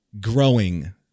growing